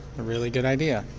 really good idea.